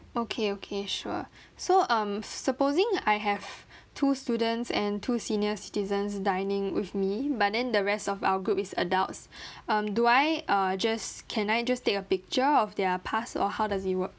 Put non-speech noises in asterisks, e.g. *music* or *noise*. okay okay sure *breath* so um supposing I have two students and two senior citizens dining with me but then the rest of our group is adults *breath* um do I uh just can I just take a picture of their pass or how does it work